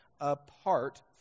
apart